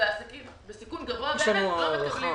ועסקים בסיכון גבוה באמת לא מקבלים.